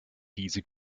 diese